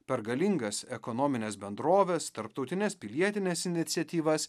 per galingas ekonomines bendroves tarptautines pilietines iniciatyvas